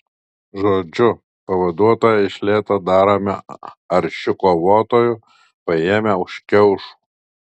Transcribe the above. žodžiu pavaduotoją iš lėto darome aršiu kovotoju paėmę už kiaušų